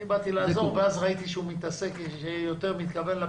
אני באתי לעזור ואז ראיתי שהוא מתכוון יותר לפיצויים,